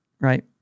right